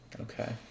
Okay